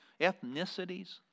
ethnicities